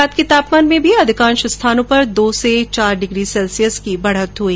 रात के तापमान में भी अधिकांश स्थानों पर दो से चार डिग्री सेल्सियस की बढ़त हुई